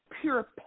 pure